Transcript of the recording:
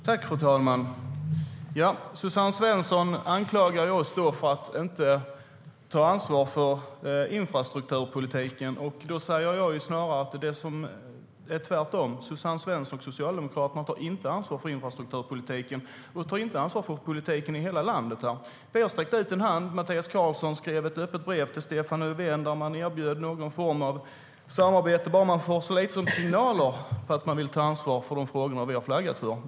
Fru talman! Suzanne Svensson anklagar oss för att inte ta ansvar för infrastrukturpolitiken. Jag anser att det snarare är tvärtom, att Suzanne Svensson och Socialdemokraterna inte tar ansvar för infrastrukturpolitiken. De tar inte ansvar för politiken i hela landet. Jag sträckte ut en hand. Mattias Karlsson skrev ett öppet brev till Stefan Löfven och erbjöd någon form av samarbete. Det hade kunnat räcka med så lite som signaler om att man vill ta ansvar för de frågor vi har flaggat för.